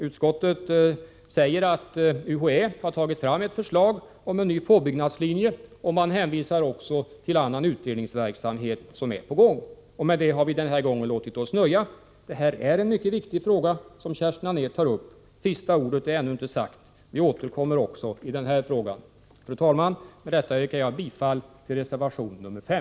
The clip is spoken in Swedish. Utskottet säger att UHÄ har tagit fram ett förslag om en ny påbyggnadslinje, och man hänvisar också till annan utredningsverksamhet som är på gång. Med detta har vi denna gång låtit oss nöja. Det är en mycket viktig fråga som Kerstin Anér här tar upp. Sista ordet är inte sagt; vi återkommer också i denna fråga. Fru talman! Med detta yrkar jag bifall till reservation 5.